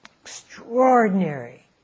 extraordinary